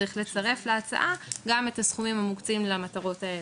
צריך לצרף להצעה גם את הסכומים המוקצים למטרות האלה,